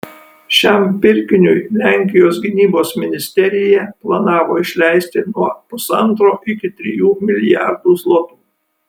šiam pirkiniui lenkijos gynybos ministerija planavo išleisti nuo pusantro iki trijų milijardų zlotų